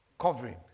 covering